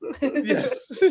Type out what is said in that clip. Yes